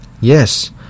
Yes